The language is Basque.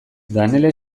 danele